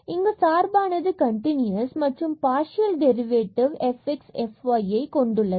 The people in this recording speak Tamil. இங்கு சார்பானது கண்டினுயஸ் மற்றும் பார்சியல் டெரிவேட்டிவ்களைக் fx fyஐ கொண்டுள்ளது